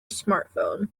smartphone